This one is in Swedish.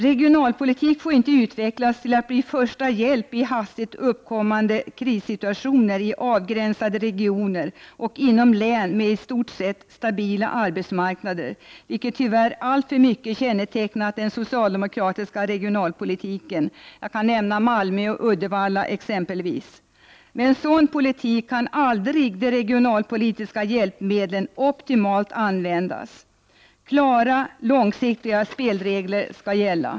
Regionalpolitik får inte utvecklas till att bli första hjälp i hastigt uppkommande krissituationer i avgränsade regioner och inom län med i stort sett stabila arbetsmarknader, vilket tyvärr alltför mycket kännetecknat den socialdemokratiska regionalpolitiken. Jag kan nämna Malmö och Uddevalla som exempel. Med en sådan politik kan aldrig de regionalpolitiska hjälpmedlen optimalt användas. Klara, långsiktiga spelregler skall gälla.